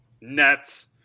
Nets